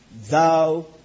thou